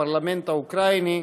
הפרלמנט האוקראיני,